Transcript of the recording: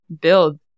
build